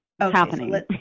happening